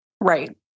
right